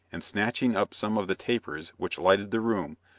and snatching up some of the tapers which lighted the room,